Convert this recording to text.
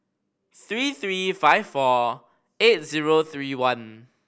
three three five four eight zero three one